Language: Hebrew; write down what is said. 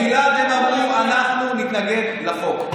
מייד הם אמרו: אנחנו נתנגד לחוק.